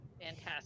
Fantastic